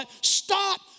Stop